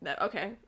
Okay